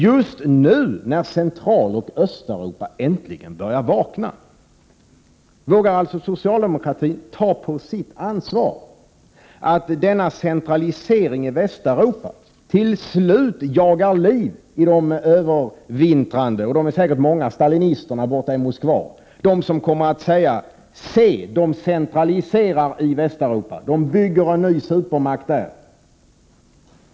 Just nu, när Centraloch Östeuropa äntligen börjar vakna, vågar alltså socialdemokratin ta på sitt ansvar att denna centralisering i Västeuropa till slut jagar liv i de övervintrande stalinisterna — som säkert är många — borta i Moskva, som kommer att säga: Se, de centraliserar i Västeuropa, de bygger en ny supermakt där!